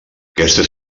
aquesta